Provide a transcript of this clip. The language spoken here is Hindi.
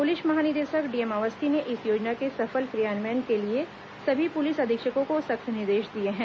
पुलिस महानिदेशक डीएम अवस्थी ने इस योजना के सफल िक्र यान्वयन के लिए सभी पुलिस अधीक्षको को सख्त निर्देश दिए हैं